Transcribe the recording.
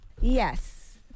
Yes